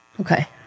Okay